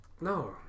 No